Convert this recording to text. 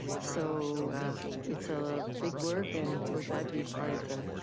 so it's ah ah big work, and we're glad to be part of the